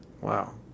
Wow